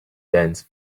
dense